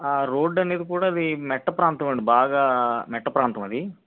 రోడ్డనేది కూడా అవి మెట్ట ప్రాంతం అండి బాగా మెట్ట ప్రాంతం అది